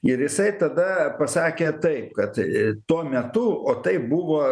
ir jisai tada pasakė taip kad tuo metu o tai buvo